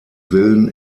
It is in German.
villen